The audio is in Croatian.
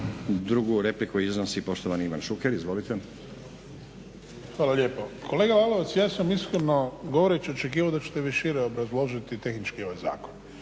Drugu repliku iznosi poštovani Ivan Šuker. Izvolite. **Šuker, Ivan (HDZ)** Hvala lijepo. Kolega Lalovac ja sam iskreno govoreći očekivao da ćete vi šire obrazložiti tehnički ovaj zakon